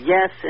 Yes